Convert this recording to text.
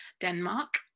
Denmark